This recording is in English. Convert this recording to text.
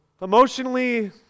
Emotionally